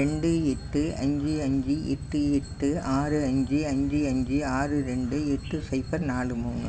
ரெண்டு எட்டு அஞ்சு அஞ்சு எட்டு எட்டு ஆறு அஞ்சு அஞ்சு அஞ்சு ஆறு ரெண்டு எட்டு ஸைபர் நாலு மூணு